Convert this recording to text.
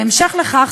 בהמשך לכך,